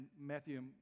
Matthew